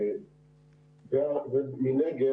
מנגד,